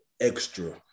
Extra